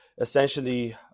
essentially